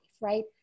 Right